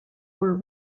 were